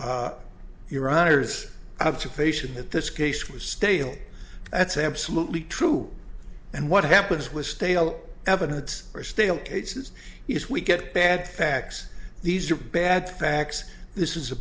your honour's of sufficient that this case was stale that's absolutely true and what happens with stale evidence or stale cases is we get bad facts these are bad facts this is a